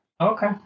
Okay